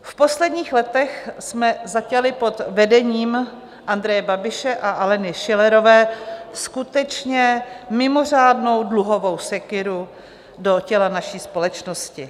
V posledních letech jsme zaťali pod vedením Andreje Babiše a Aleny Schillerové skutečně mimořádnou dluhovou sekyru do těla naší společnosti.